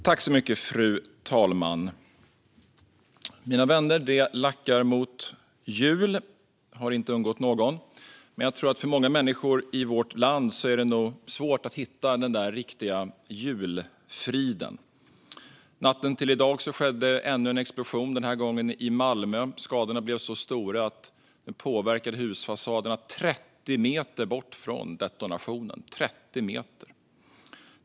Fru talman! Det lackar mot jul, mina vänner. Det har inte undgått någon. Men jag tror att det för många människor i vårt land är svårt att hitta den riktiga julfriden. Natten till i dag skedde ännu en explosion, den här gången i Malmö. Skadorna blev så stora att de påverkade husfasaderna 30 meter bort från detonationen.